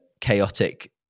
chaotic